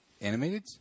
Animated